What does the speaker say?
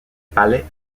palais